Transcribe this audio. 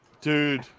Dude